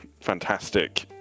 fantastic